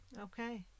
Okay